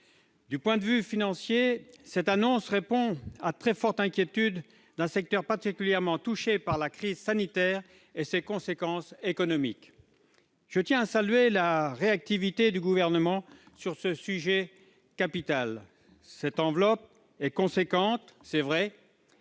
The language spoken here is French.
Du point de vue financier, cette annonce répond aux très fortes inquiétudes d'un secteur particulièrement touché par la crise sanitaire et par ses conséquences économiques. Je salue la réactivité du Gouvernement sur ce sujet capital. Cette enveloppe est volumineuse, c'est vrai,